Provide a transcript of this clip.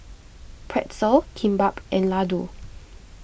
Pretzel Kimbap and Ladoo